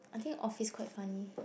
I think office quite funny